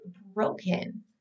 broken